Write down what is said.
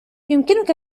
يمكنك